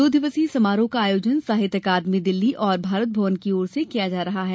दो दिवसीय समारोह का आयोजन साहित्य अकादमी दिल्ली और भारत भवन की ओर से किया जा रहा है